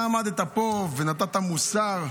אתה עמדת פה והטפת מוסר,